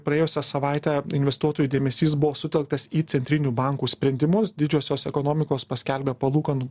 praėjusią savaitę investuotojų dėmesys buvo sutelktas į centrinių bankų sprendimus didžiosios ekonomikos paskelbė palūkanų